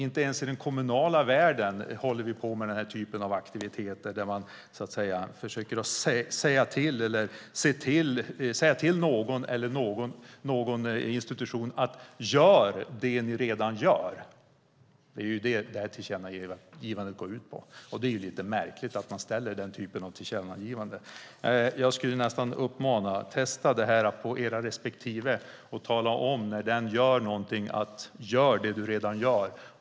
Inte ens i den kommunala världen håller vi på med den här typen av aktiviteter där man försöker säga till någon institution: Gör det ni redan gör! Det är ju vad tillkännagivandet går ut på. Det är lite märkligt att man gör den typen av tillkännagivanden. Jag skulle nästan uppmana er att testa detta på era respektive och tala om, när den gör något: Gör det du redan gör!